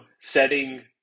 setting